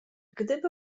gdyby